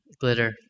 glitter